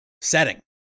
Setting